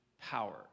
power